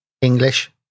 English